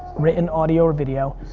written, audio, or video,